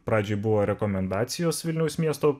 pradžioj buvo rekomendacijos vilniaus miesto